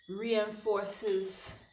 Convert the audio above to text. reinforces